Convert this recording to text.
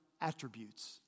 attributes